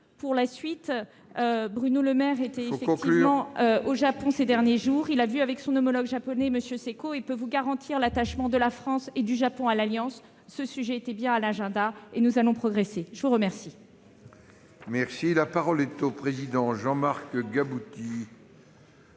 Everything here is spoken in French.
Pour la suite, Bruno Le Maire était effectivement au Japon ces derniers jours. Il faut conclure ! Il a vu son homologue japonais, M. Seko. Il peut vous garantir l'attachement de la France et du Japon à l'alliance. Ce sujet était bien à l'agenda et nous allons progresser. La parole